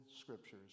scriptures